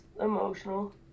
emotional